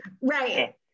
Right